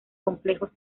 complejos